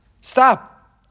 Stop